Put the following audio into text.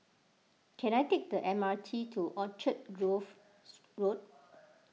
can I take the M R T to Grove Road